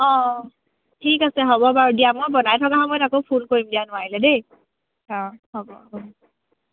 অ' ঠিক আছে হ'ব বাৰু দিয়া মই বনাই থকা সময়ত আকৌ ফোন কৰিম দিয়া নোৱাৰিলে দেই অ' হ'ব অ'